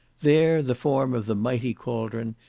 there, the form of the mighty cauldron,